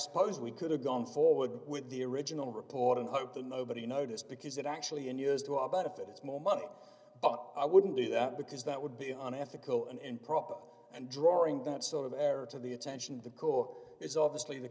suppose we could have gone forward with the original reporting hoping nobody noticed because it actually in years to our benefit is more money but i wouldn't do that because that would be unethical and improper and drawing that sort of error to the attention of the core is obviously the